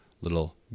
little